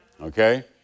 Okay